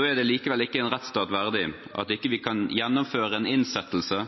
er det likevel ikke en rettsstat verdig at vi ikke kan gjennomføre en innsettelse